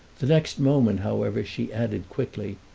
the next moment, however, she added quickly,